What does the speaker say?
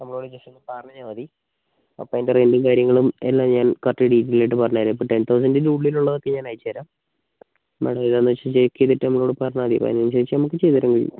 നമ്മളോട് ജസ്റ്റ് ഒന്ന് പറഞ്ഞാൽ മതി അപ്പോൾ അതിൻ്റെ റെന്റും കാര്യങ്ങളും എല്ലാം ഞാൻ കറക്റ്റ് ഡീറ്റെയിൽ ആയിട്ട് പറഞ്ഞുതരാം ഇപ്പോൾ ടെൻ തൗസൻഡിൻ്റെ ഉള്ളിൽ ഉള്ളത് ഒക്കെ ഞാൻ അയച്ചെരാം മാഡം ഏതാന്ന് വെച്ചാൽ ചെക്ക് ചെയ്തിട്ട് നമ്മളോട് പറഞ്ഞാൽ മതി അതിന് അനുസരിച്ച് നമുക്ക് ചെയ്തെരാൻ കഴിയും